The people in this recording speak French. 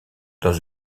dans